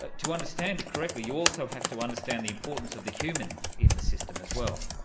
ah to understand it correctly you also have to understand the importance of the human in the system as well.